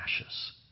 ashes